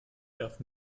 darf